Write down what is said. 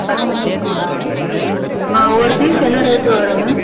பத்து பீஸ்ஸுங்களா ஒரு பீஸ் என்ன ரேட்டு வரும்ங்க